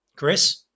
Chris